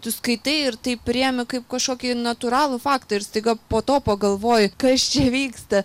tu skaitai ir tai priemi kaip kažkokį natūralų faktą ir staiga po to pagalvoji kas čia vyksta